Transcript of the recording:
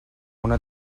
una